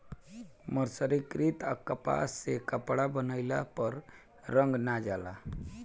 मर्सरीकृत कपास से कपड़ा बनइले पर रंग ना जाला